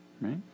right